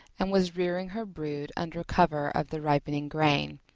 and was rearing her brood under cover of the ripening grain.